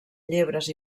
llebres